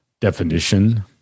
definition